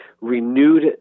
renewed